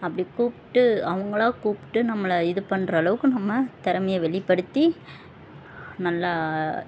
அப்படி கூப்பிட்டு அவங்களா கூப்பிட்டு நம்மளை இது பண்ணுறளவுக்கு நம்ம திறமைய வெளிப்படுத்தி நல்லா